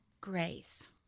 grace